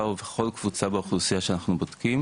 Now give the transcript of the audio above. ובכל קבוצה באוכלוסייה שאנחנו בודקים